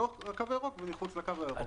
בתוך הקו הירוק ומחוץ לקו הירוק.